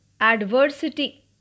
adversity